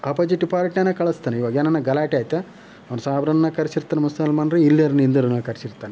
opposite ಪಾರ್ಟಿನಾ ಕಳಸ್ತಾನೆ ಇವಾಗ ಏನಾರು ಗಲಾಟೆ ಆಯ್ತು ಅವ್ನು ಸಾಬ್ರನ್ನು ಕರೆಸಿರ್ತಾನೆ ಮುಸಲ್ಮಾನ್ರು ಇಲ್ಲಿಯರನ್ನ ಹಿಂದೂರನ್ನ ಕರೆಸಿರ್ತಾನೆ